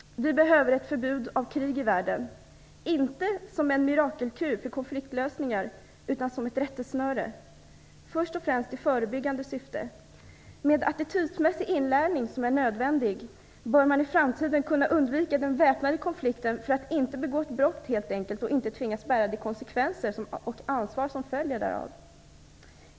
Vi behöver ett förbud mot krig i världen, inte som en mirakelkur för konfliktlösningar, utan som ett rättesnöre. Först och främst i förebyggande syfte: med en attitydmässig inlärning, som är nödvändig, bör man i framtiden kunna undvika den väpnade konflikten för att helt enkelt inte begå ett brott och inte tvingas bära de konsekvenser och det ansvar som följer därav.